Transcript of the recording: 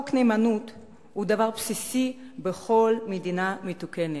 חוק הנאמנות הוא דבר בסיסי בכל מדינה מתוקנת,